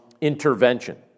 intervention